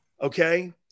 Okay